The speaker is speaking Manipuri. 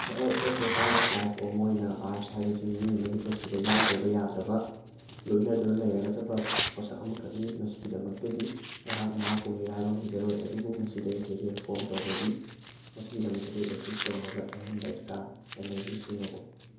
ꯍ ꯍꯣꯏ as a part of life ꯑꯃ ꯑꯣꯏꯅ ꯑꯥꯔꯁ ꯍꯥꯏꯕꯁꯤ ꯃꯤꯑꯣꯏ ꯑꯃꯒꯤ ꯄꯨꯟꯁꯤꯗ ꯌꯥꯎꯗ꯭ꯔꯕ ꯌꯥꯗ꯭ꯔꯕ ꯂꯣꯏꯅꯗꯨꯅ ꯂꯩꯔꯒꯗꯕ ꯄꯣꯠꯁꯛ ꯑꯃꯈꯛꯅꯤ ꯃꯁꯤꯒꯤꯗꯃꯛꯇꯗꯤ ꯑꯩꯍꯥꯛ ꯃꯍꯥꯛꯄꯨ ꯃꯤꯔꯥꯏꯕ ꯉꯝꯖꯔꯣꯏ ꯑꯗꯨꯕꯨ ꯃꯁꯤꯗ ꯑꯩ ꯀꯦꯔꯤꯌꯔ ꯐꯣꯝ ꯇꯧꯕꯗꯤ ꯃꯁꯤꯒꯤꯗꯃꯛꯇꯗꯤ ꯑꯩ ꯑꯦꯆꯤꯞ ꯇꯧꯅꯕ ꯑꯍꯦꯟꯕ ꯑꯦꯛꯁꯇ꯭ꯔꯥ ꯑꯦꯅꯔꯖꯤ ꯁꯤꯖꯤꯟꯅꯗꯦ